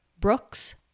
Brooks